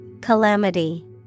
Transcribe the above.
Calamity